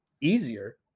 easier